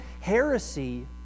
heresy